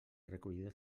recollida